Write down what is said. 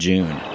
June